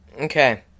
Okay